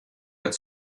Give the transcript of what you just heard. hat